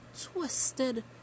twisted